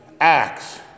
acts